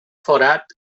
forat